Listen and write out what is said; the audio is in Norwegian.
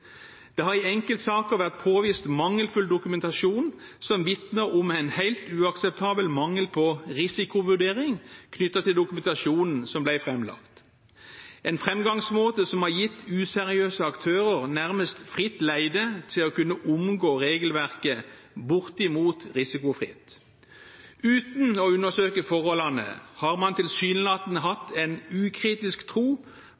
Det har i enkeltsaker vært påvist mangelfull dokumentasjon som vitner om en helt uakseptabel mangel på risikovurdering knyttet til dokumentasjonen som ble framlagt, en framgangsmåte som har gitt useriøse aktører nærmest fritt leide til å kunne omgå regelverket bortimot risikofritt. Uten å undersøke forholdene har man tilsynelatende hatt en ukritisk tro